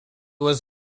was